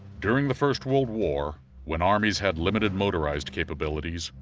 during the first world war when armies had limited motorized capabilities,